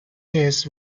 this